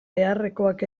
beharrekoak